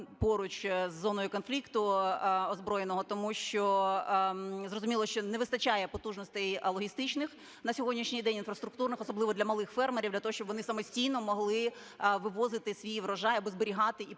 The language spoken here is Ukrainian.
поруч із зоною конфлікту озброєного. Тому що зрозуміло, що не вистачає потужностей логістичних на сьогоднішній день, інфраструктурних, особливо для малих фермерів для того, щоб вони самостійно могли вивозити свій урожай або зберігати, і потім